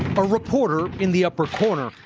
a reporter, in the upper corner,